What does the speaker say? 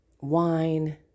wine